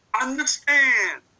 Understand